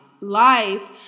life